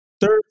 third